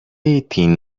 eigtheen